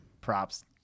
Props